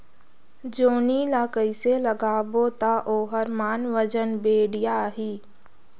जोणी ला कइसे लगाबो ता ओहार मान वजन बेडिया आही?